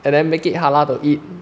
and then make it halal to eat